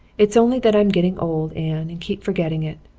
it's only that i'm getting old, anne, and keep forgetting it.